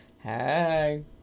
Hey